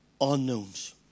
unknowns